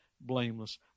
blameless